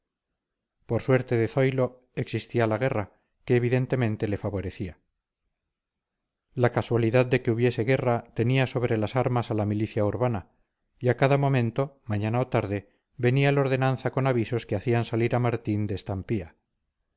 por suerte de zoilo existía la guerra que evidentemente le favorecía la casualidad de que hubiese guerra tenía sobre las armas a la milicia urbana y a cada momento mañana o tarde venía el ordenanza con avisos que hacían salir a martín de estampía